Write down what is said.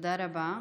תודה רבה.